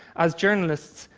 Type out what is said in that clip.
as journalists,